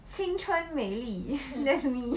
青春美丽 that's me